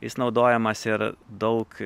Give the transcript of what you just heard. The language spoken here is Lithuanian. jis naudojamas ir daug